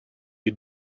you